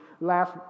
last